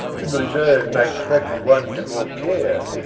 should reserve my crack'd one to more care.